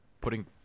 putting